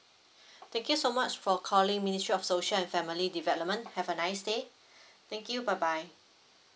thank you so much for calling ministry of social and family development have a nice day thank you bye bye